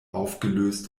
aufgelöst